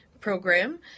program